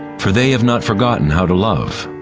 for they have not forgotten how to love.